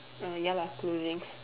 uh ya lah clothing's